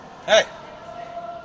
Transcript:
Hey